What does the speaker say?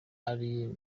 ati